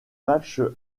matchs